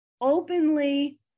Openly